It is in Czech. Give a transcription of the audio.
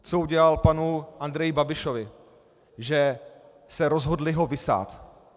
Co udělal panu Andreji Babišovi, že se rozhodli ho vysát.